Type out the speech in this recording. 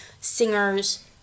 Singers